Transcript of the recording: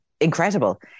incredible